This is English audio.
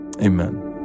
amen